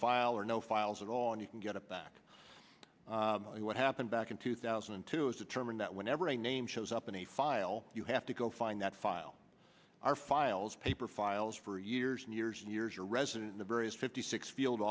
file or no files at all and you can get about what happened back in two thousand and two is determined that whenever a name shows up in a file you have to go find that file our files paper files for years and years and years are resident in the various fifty six field